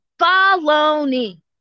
Baloney